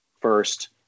first